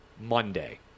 Monday